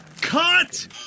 Cut